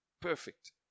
perfect